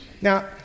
Now